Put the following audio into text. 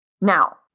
Now